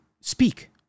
speak